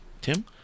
Tim